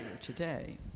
today